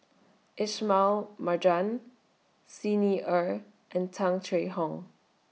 Ismail Marjan Xi Ni Er and Tung Chye Hong